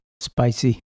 Spicy